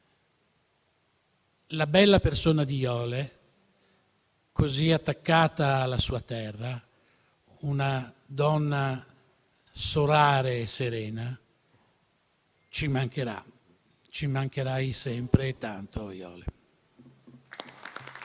La bella persona di Jole, così attaccata alla sua terra, una donna solare e serena, ci mancherà. Ci mancherai sempre tanto, Jole.